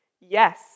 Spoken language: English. Yes